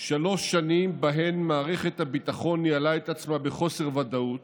שלוש שנים שבהן מערכת הביטחון ניהלה את עצמה בחוסר ודאות,